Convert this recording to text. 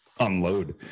Unload